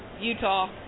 Utah